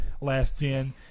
last-gen